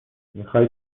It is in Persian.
میخای